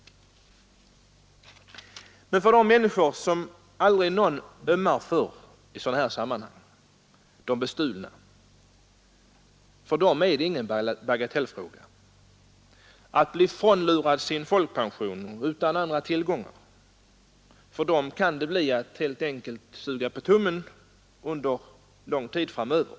Men för de människor som aldrig någon ömmar för i sådana här sammanhang, de bestulna, är detta ingen bagatellfråga. För den som blir frånlurad sin folkpension och står utan andra tillgångar kan det bli att helt enkelt ”suga på tummen” under lång tid framöver.